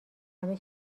همه